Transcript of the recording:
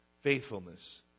faithfulness